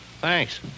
Thanks